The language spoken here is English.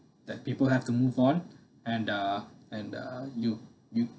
that people have to move on and uh and uh you you